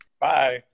Bye